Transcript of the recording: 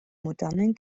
modernen